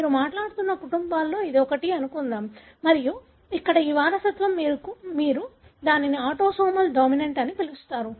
మీరు మాట్లాడుతున్న కుటుంబాలలో ఇది ఒకటి అని అనుకుందాం మరియు ఇక్కడ ఈ వారసత్వం మీరు దానిని ఆటోసోమల్ డామినెంట్ అని పిలుస్తారు